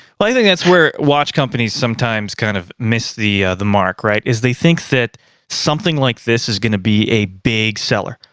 well, i think that's where watch companies sometimes kind of miss the the mark, right? is they think that something like this is gonna be a big seller.